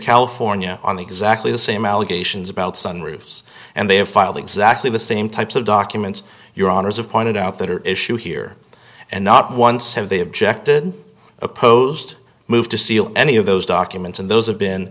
california on the exactly the same allegations about sunroofs and they have filed exactly the same types of documents your honour's of pointed out that are issue here and not once have they objected opposed moved to seal any of those documents and those have been